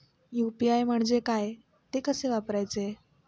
UPI म्हणजे काय, ते कसे वापरायचे?